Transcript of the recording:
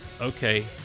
okay